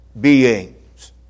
beings